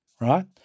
Right